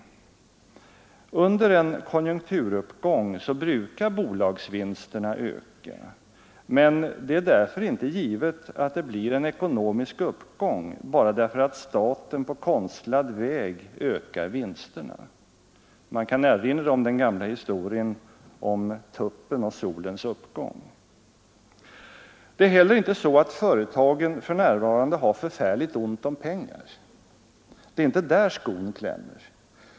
Under en konjunkturuppgång brukar bolagsvinsterna öka, men det är därför inte givet att det blir en ekonomisk uppgång bara därför att staten på konstlad väg ökar vinsterna. Man kan erinra om den gamla historien om tuppen och solens uppgång. Det är heller inte så att företagen för närvarande har förfärligt ont om pengar. Det är inte där skon klämmer.